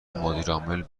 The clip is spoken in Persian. مدیرعامل